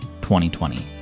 2020